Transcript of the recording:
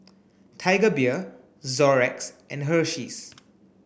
Tiger Beer Xorex and Hersheys